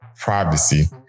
privacy